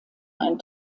ein